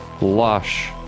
lush